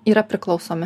yra priklausomi